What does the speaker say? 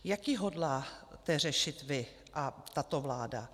Jak ji hodláte řešit vy a tato vláda?